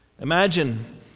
Imagine